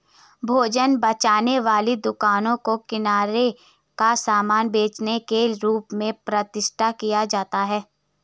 भोजन बेचने वाली दुकानों को किराने का सामान बेचने के रूप में प्रतिष्ठित किया जाता है